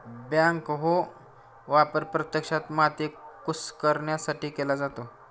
backhoe वापर प्रत्यक्षात माती कुस्करण्यासाठी केला जातो